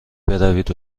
بروید